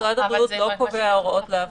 --- משרד הבריאות לא קובע הוראות להפגנות.